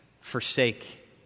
forsake